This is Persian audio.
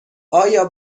آیا